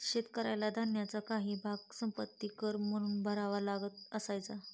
शेतकऱ्याला धान्याचा काही भाग संपत्ति कर म्हणून भरावा लागत असायचा